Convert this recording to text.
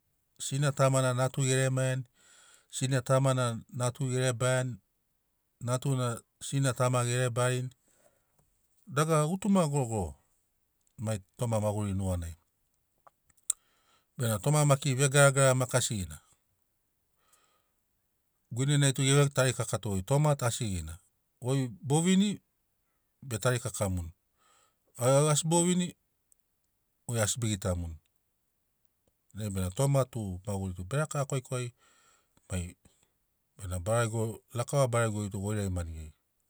Sina tama na natu ge lemaiani sina tama na nature ge lebarini natu na sina tama ge lebarini dagara gutuma gorogoro mai toma maguri nuganai. Benamo toma maki vegaragara maki asigina guinenai tu geve tarkaka to goi toma tu asigina goi bo vini be tarikaka muni o a- asi bo vini goi asi be gitamuni nai benamo toma tu maguri be rakava kwaikwai mai bena barego lakava baregori tu goirai mani geri.